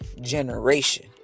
generation